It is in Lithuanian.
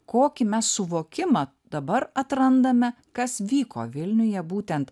kokį mes suvokimą dabar atrandame kas vyko vilniuje būtent